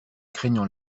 craignant